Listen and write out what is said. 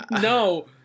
No